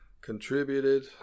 contributed